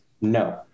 No